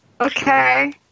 okay